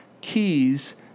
keys